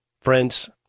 Friends